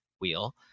wheel